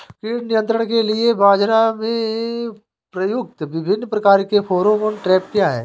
कीट नियंत्रण के लिए बाजरा में प्रयुक्त विभिन्न प्रकार के फेरोमोन ट्रैप क्या है?